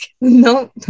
no